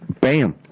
Bam